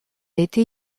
été